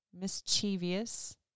mischievous